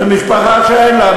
לא, ממשפחה שאין לה.